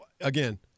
again